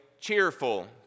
cheerful